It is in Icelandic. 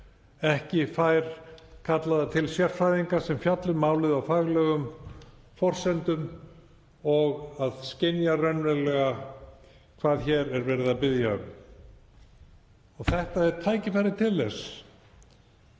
ekki fær kallaða til sérfræðinga sem fjalla um málið á faglegum forsendum og skynja raunverulega hvað hér er verið að biðja um. Þetta er tækifærið til þess,